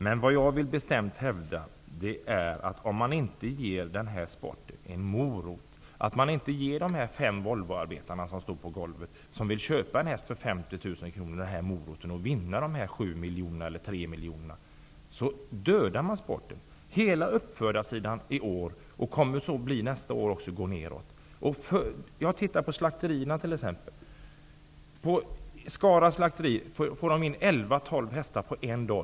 Men jag hävdar bestämt att om man inte ger den här sporten en morot -- om man inte ger de fem Volvoarbetare som vill köpa en häst för 50 000 kronor och kanske vinna 3 eller kanske 7 miljoner möjlighet att göra det -- så dödar man sporten. Uppfödningen av travhästar har minskat under det här året och kommer att göra det även nästa år. På Skara slakteri får man nu in elva tolv hästar på en dag.